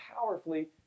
powerfully